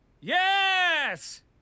yes